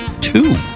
two